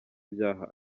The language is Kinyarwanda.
byaha